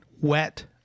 wet